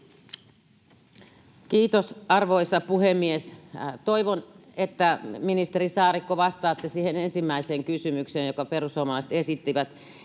Kiitos, arvoisa puhemies! Toivon, että, ministeri Saarikko, vastaatte siihen ensimmäiseen kysymykseen, jonka perussuomalaiset esittivät: